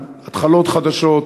על התחלות חדשות,